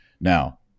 Now